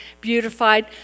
beautified